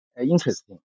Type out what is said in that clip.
interesting